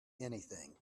anything